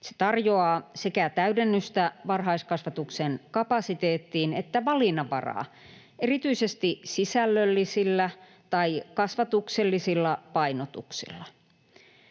Se tarjoaa sekä täydennystä varhaiskasvatuksen kapasiteettiin että valinnanvaraa, erityisesti sisällöllisillä tai kasvatuksellisilla painotuksilla.